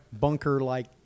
bunker-like